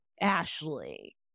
Ashley